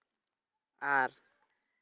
ᱟᱨ